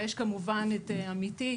וכמובן את עמיתי,